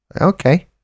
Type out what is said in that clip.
Okay